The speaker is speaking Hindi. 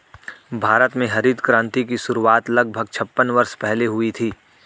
भारत में हरित क्रांति की शुरुआत लगभग छप्पन वर्ष पहले हुई थी